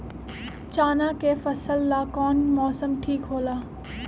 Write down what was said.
चाना के फसल ला कौन मौसम ठीक होला?